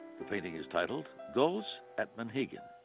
the painting is titled gulls at monhegan.